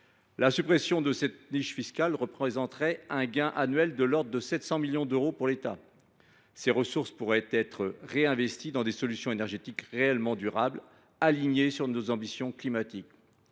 la suppression de cette niche fiscale engendrerait un gain annuel de l’ordre de 700 millions d’euros pour l’État. Ces ressources pourraient être réinvesties dans des solutions énergétiques réellement durables et alignées sur nos ambitions climatiques.